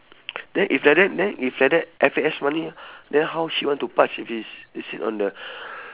then if like that then if like that F_A_S money then how she want to pass if is is it on the